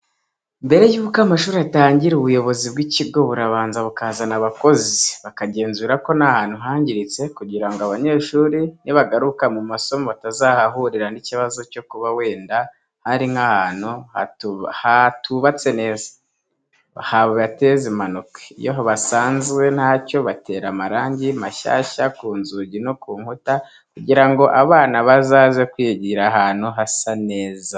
Mbere y'uko amashuri atangira ubuyobozi bw'ikigo burabanza bukazana abakozi bakagenzura ko nta hantu hangiritse kugira ngo abanyeshuri nibagaruka mu masomo batazahura n'ikibazo cyo kuba wenda hari nk'ahantu hatubatse neza, habateza impanuka. Iyo basanze ntacyo, batera amarangi mashyashya ku nzugi no ku nkuta kugira ngo abana bazaze kwigira ahantu hasa neza.